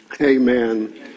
Amen